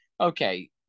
okay